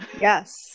yes